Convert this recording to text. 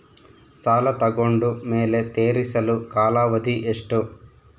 ಸಾಲ ತಗೊಂಡು ಮೇಲೆ ತೇರಿಸಲು ಕಾಲಾವಧಿ ಎಷ್ಟು?